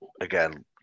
again